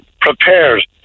prepared